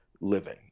living